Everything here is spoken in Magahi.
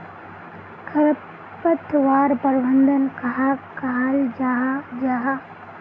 खरपतवार प्रबंधन कहाक कहाल जाहा जाहा?